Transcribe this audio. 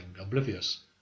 oblivious